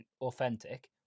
authentic